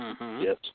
Yes